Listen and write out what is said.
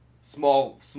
Small